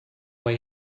way